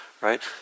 right